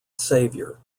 saviour